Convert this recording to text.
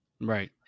Right